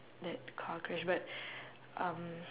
that car crash but um